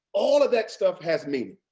all of that stuff has meaning.